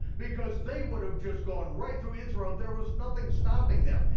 because they would've just gone right through israel, there was nothing stopping them.